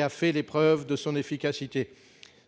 a fait les preuves de son efficacité.